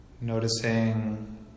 Noticing